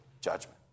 judgment